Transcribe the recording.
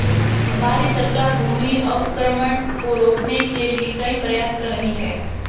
हमारी सरकार भूमि अवक्रमण को रोकने के लिए कई प्रयास कर रही है